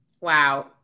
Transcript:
Wow